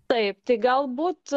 taip tai galbūt